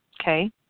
Okay